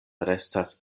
restas